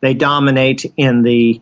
they dominate in the